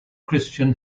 christian